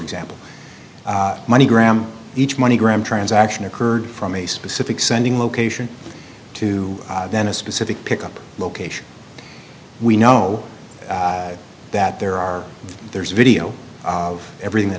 example money gram each money gram transaction occurred from a specific sending location to then a specific pickup location we know that there are there's video of everything that